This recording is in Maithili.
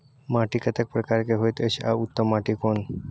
माटी कतेक प्रकार के होयत अछि आ उत्तम माटी कोन?